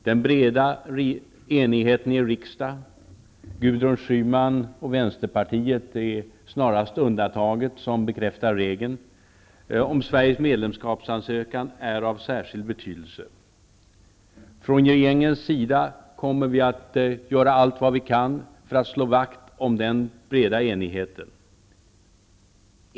Den breda enigheten i riksdagen -- Gudrun Schyman och vänsterpartiet är snarast undantaget som bekräftar regeln -- om Sveriges medlemskapsansökan är av särskild betydelse. Från regeringens sida kommer vi att göra allt vi kan för att slå vakt om den breda enigheten.